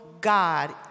God